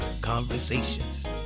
Conversations